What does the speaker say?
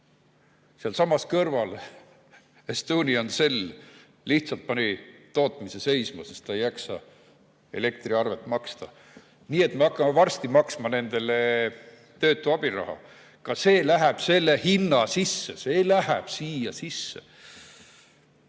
Sealsamas kõrval Estonian Cell lihtsalt pani tootmise seisma, sest ta ei jaksa elektriarvet maksta. Nii et me hakkame varsti maksma neile töötu abiraha, ka see läheb selle hinna sisse. Ei ole mõtet